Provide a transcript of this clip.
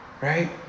Right